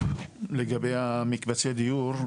לגבי המקבצי דיור,